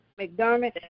McDermott